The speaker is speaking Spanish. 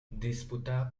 disputada